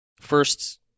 first